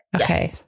Okay